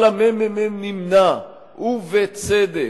אבל הממ"מ נמנע, ובצדק,